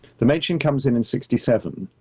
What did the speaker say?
the matron comes in in sixty seven,